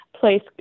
place